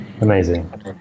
Amazing